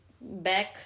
back